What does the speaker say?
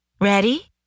Ready